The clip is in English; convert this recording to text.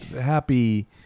Happy